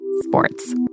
sports